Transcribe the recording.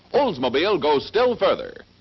oldsmobile goes still further.